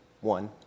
One